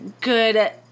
good